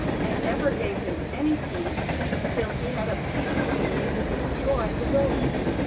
and never gave him any peace till he had obtained leave to destroy the robes.